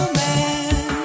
man